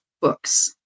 books